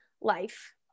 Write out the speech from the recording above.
life